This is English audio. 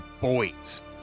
boys